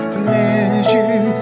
pleasure